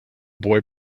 boy